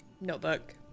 notebook